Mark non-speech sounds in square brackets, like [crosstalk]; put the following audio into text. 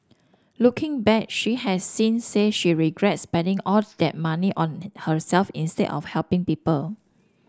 looking back she has since said she regrets spending all that money on [unintelligible] herself instead of helping people